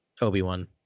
Obi-Wan